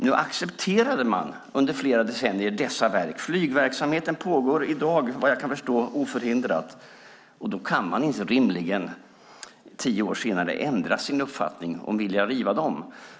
Nu accepterade man under flera decennier dessa verk. Flygverksamheten pågår i dag oförhindrat, vad jag kan förstå. Då kan man inte rimligen tio år senare ändra sin uppfattning och vilja riva verken.